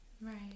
right